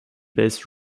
based